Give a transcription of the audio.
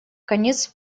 конец